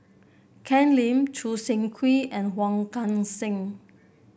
Ken Lim Choo Seng Quee and Wong Kan Seng